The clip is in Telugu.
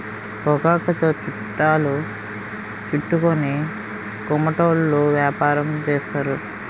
పొగాకుతో చుట్టలు చుట్టుకొని కోమటోళ్ళు యాపారం చేస్తారు